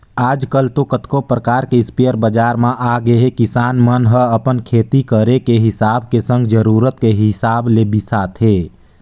आजकल तो कतको परकार के इस्पेयर बजार म आगेहे किसान मन ह अपन खेती करे के हिसाब के संग जरुरत के हिसाब ले बिसाथे